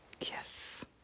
Yes